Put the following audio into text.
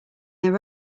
their